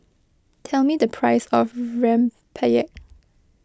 tell me the price of Rempeyek